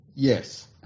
Yes